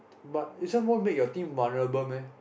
but this one won't make your team vulnerable meh